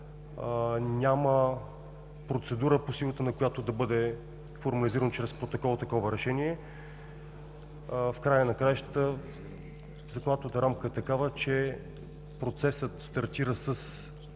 няма процедура по силата, на която да бъде формализирано чрез протокол такова решение. В края на краищата законодателната рамка е такава, че процесът стартира с